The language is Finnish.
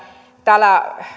täällä